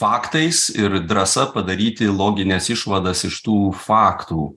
faktais ir drąsa padaryti logines išvadas iš tų faktų